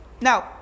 Now